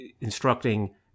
instructing